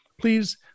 please